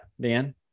Dan